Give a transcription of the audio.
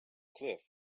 cliff